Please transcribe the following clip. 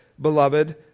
beloved